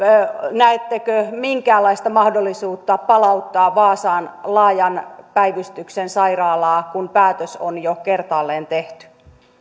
näettekö minkäänlaista mahdollisuutta palauttaa vaasaan laajan päivystyksen sairaala kun päätös on jo kertaalleen tehty